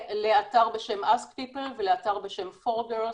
לאתר בשם ask people ולאתר בשם 4girls,